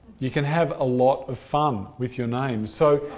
you can have a lot of fun with your names. so,